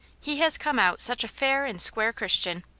he has come out such a fair and square christian.